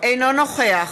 אינו נוכח